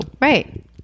Right